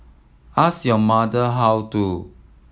ask your mother how to